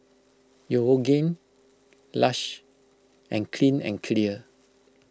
Yoogane Lush and Clean and Clear